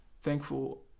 thankful